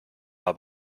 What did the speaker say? war